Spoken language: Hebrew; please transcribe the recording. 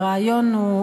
הרעיון הוא,